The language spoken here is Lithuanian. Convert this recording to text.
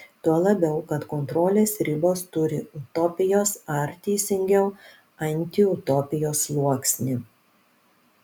tuo labiau kad kontrolės ribos turi utopijos ar teisingiau antiutopijos sluoksnį